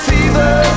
Fever